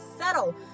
settle